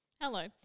Hello